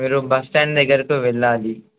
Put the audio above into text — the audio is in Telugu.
మీరు బస్టాండ్ దగ్గరకి వెళ్ళాలి